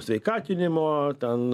sveikatinimo ten